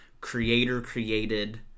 creator-created